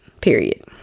period